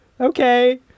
okay